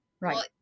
right